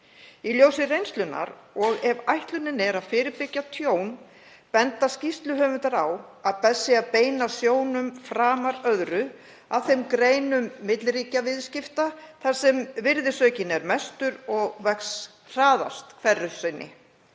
Í ljósi reynslunnar og ef ætlunin er að fyrirbyggja tjón benda skýrsluhöfundar á að best sé að beina sjónum framar öðru að þeim greinum milliríkjaviðskipta þar sem virðisaukinn er mestur og vex hraðast hverju sinni.